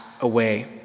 away